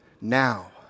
now